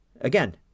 Again